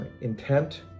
intent